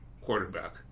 Quarterback